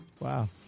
Wow